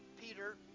Peter